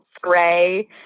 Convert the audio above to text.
gray